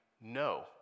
no